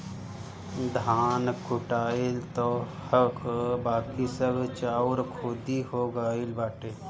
धान कुटाइल तअ हअ बाकी सब चाउर खुद्दी हो गइल बाटे